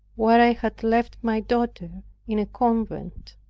where i had left my daughter in a convent.